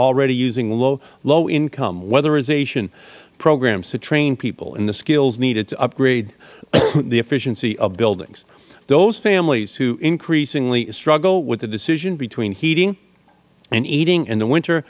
already using low income weatherization programs to train people in the skills needed to upgrade the efficiency of buildings those families who increasingly struggle with the decision between heating and eating in the winter